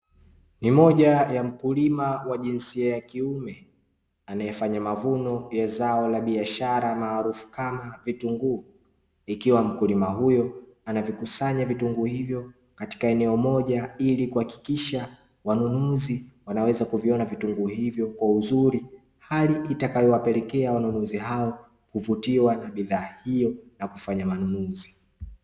Ni moja ya mkulima wa jinsia ya kiume, anayefanya mavuno ya zao la biashara maarufu kama vitunguu, ikiwa mkulima huyo anakusanya vitunguu hivyo katika eneo moja ili kuhakikisha wanunuzi wanaweza kuviona vitunguu hivyo kwa uzuri, hali itakayowapelekea wateja hao kuvutiwa na vitunguu hivyo na kufanya manunuzi.